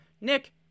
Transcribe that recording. Nick